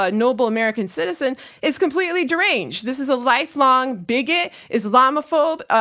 ah noble american citizen is completely deranged. this is a lifelong bigot, islamophobe.